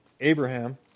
Abraham